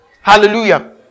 Hallelujah